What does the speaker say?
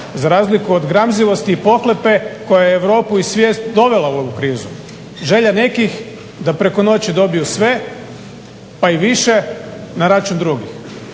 za razliku od gramzivosti i pohlepe koja Europu i svijest dovela u ovu krizu. Želje nekih da preko noći dobiju sve pa i više na račun drugih.